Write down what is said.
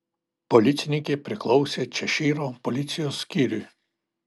policininkė priklausė češyro policijos skyriui